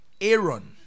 Aaron